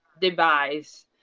device